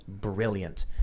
brilliant